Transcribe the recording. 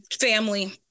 family